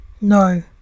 No